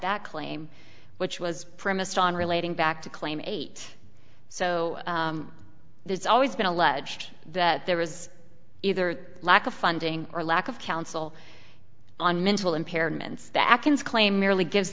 that claim which was premised on relating back to claim eight so there's always been alleged that there was either lack of funding or lack of counsel on mental impairments that can claim merely gives